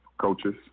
coaches